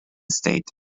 state